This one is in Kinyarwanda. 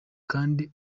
kandi